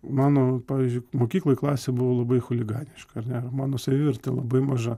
mano pavyzdžiui mokykloj klasė buvo labai chuliganiška ar ne mano savivertė labai maža